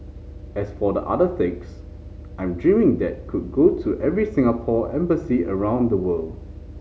as for the other six I'm dreaming that could go to every Singapore embassy around the world